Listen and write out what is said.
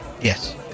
Yes